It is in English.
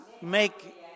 make